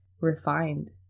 refined